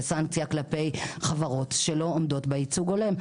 סנקציה כלפי חברות שלא עומדות בייצוג הולם.